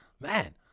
Man